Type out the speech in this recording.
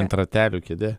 ant ratelių kėdė